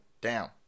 down